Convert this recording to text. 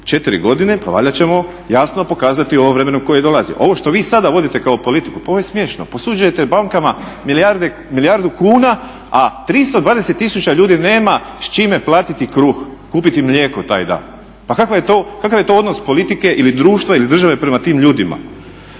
4 godine pa valjda ćemo jasno pokazati u ovom vremenu koje dolazi. Ovo što vi sada vodite kao politiku pa ovo je smiješno! Posuđujete bankama milijardu kuna, a 320 tisuća ljudi nema s čime platiti kruh, kupiti mlijeko taj dan. Pa kakav je to odnos politike ili društva ili države prema tim ljudima?